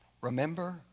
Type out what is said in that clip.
Remember